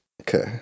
Okay